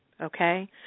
okay